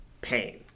pain